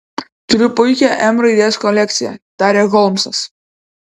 turiu puikią m raidės kolekciją tarė holmsas